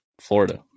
Florida